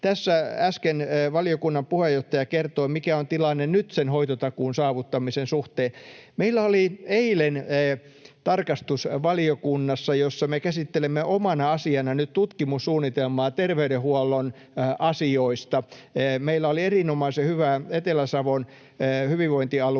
Tässä äsken valiokunnan puheenjohtaja kertoi, mikä on tilanne nyt sen hoitotakuun saavuttamisen suhteen. Meillä oli eilen tarkastusvaliokunnassa, jossa me käsittelemme omana asiana nyt tutkimussuunnitelmaa terveydenhuollon asioista, erinomaisen hyvä Etelä-Savon hyvinvointialueen